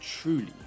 Truly